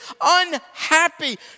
unhappy